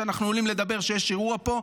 כשאנחנו עולים לדבר כשיש אירוע פה,